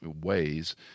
ways